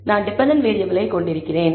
நான் டெபென்டென்ட் வேறியபிளை கொண்டிருக்கிறேன்